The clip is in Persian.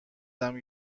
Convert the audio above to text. یادم